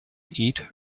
eat